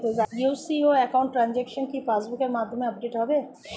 UCO account transaction কি পাস বুকের মধ্যে আপডেট হবে?